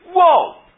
Whoa